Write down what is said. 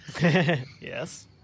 Yes